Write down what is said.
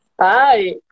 Hi